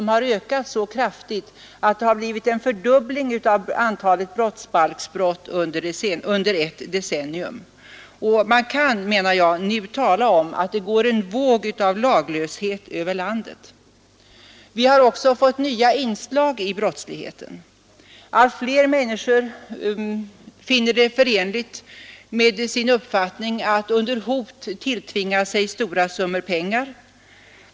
Den har ökat så kraftigt att antalet brottsbalksbrott under ett decennium fördubblats. Man kan, menar jag, nu tala om att det går en våg av laglöshet över landet. Vi har också fått nya inslag i brottsligheten. Allt fler människor finner det förenligt med sin uppfattning att under hot tilltvinga sig stora summor pengar.